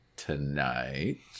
tonight